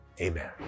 amen